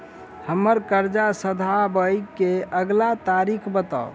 हम्मर कर्जा सधाबई केँ अगिला तारीख बताऊ?